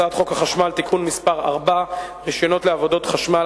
הצעת חוק החשמל (תיקון מס' 4) (רשיונות לעבודות חשמל),